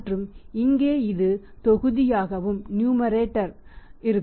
மற்றும் இங்கே இது தொகுதியாகவும் இருக்கும்